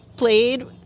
played